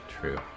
True